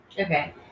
Okay